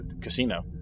casino